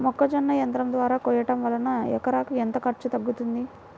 మొక్కజొన్న యంత్రం ద్వారా కోయటం వలన ఎకరాకు ఎంత ఖర్చు తగ్గుతుంది?